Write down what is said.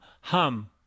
hum